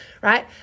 Right